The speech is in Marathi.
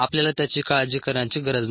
आपल्याला त्याची काळजी करण्याची गरज नाही